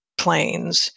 planes